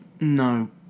No